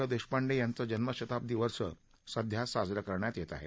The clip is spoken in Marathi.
ल देशपांडे यांचं जन्मशताब्दी वर्ष सध्या साजरं करण्यात येत आहे